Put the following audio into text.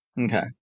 Okay